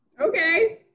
Okay